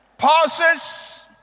pauses